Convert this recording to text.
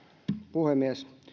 puhemies